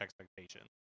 expectations